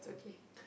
it's okay